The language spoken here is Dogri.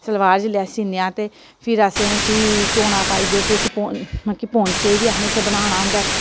सलवार जिल्ले अस सीनेआं ते फिर असें उस्सी चौना पाइयै फिर उस्सी पों मतलब कि पोंचे ही असें बनाना होंदा ऐ